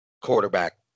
quarterback